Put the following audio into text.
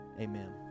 amen